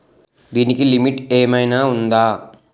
దీనికి లిమిట్ ఆమైనా ఉందా?